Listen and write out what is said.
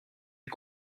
une